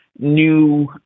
new